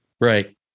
Right